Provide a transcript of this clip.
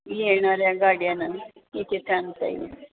येणाऱ्या गाड्यांना इथे चान्स आहे